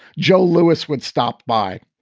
joe louis would stop by.